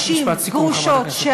משפט סיכום, חברת הכנסת מיכאלי.